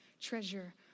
treasure